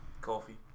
Coffee